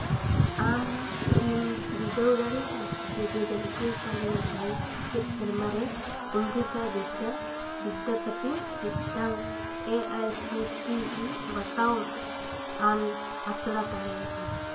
ᱟᱢ ᱠᱤᱢ ᱵᱤᱰᱟᱹᱣ ᱫᱟᱲᱮᱭᱟᱜᱼᱟ ᱡᱮ ᱫᱩ ᱦᱟᱡᱟᱨ ᱮᱠᱩᱥ ᱠᱷᱚᱱ ᱫᱩ ᱦᱟᱡᱟᱨ ᱵᱟᱭᱤᱥ ᱥᱮᱪᱮᱫ ᱥᱮᱨᱢᱟ ᱨᱮ ᱚᱢᱨᱤᱛᱟ ᱮ ᱟᱭ ᱥᱤ ᱴᱤ ᱤ ᱵᱟᱛᱟᱣ ᱟᱱ ᱟᱥᱲᱟ ᱛᱟᱦᱮᱸ ᱠᱟᱱᱟ